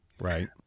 Right